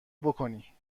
بکنی